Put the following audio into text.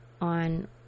on